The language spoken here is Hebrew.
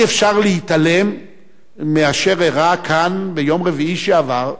אי-אפשר להתעלם מאשר אירע כאן ביום רביעי שעבר,